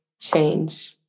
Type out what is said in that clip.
change